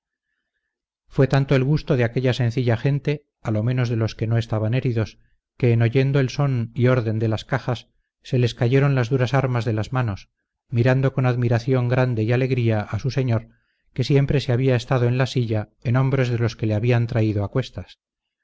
fue tanto el gusto de aquella sencilla gente a lo menos de los que no estaban heridos que en oyendo el son y orden de las cajas se les cayeron las duras armas de las manos mirando con admiración grande y alegría a su señor que siempre se había estado en la silla en hombros de los que le habían traído acuestas